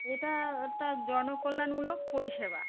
এটা একটা জনকল্যাণমূলক পরিষেবা